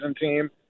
team